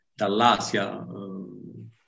dall'Asia